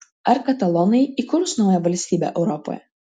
ar katalonai įkurs naują valstybę europoje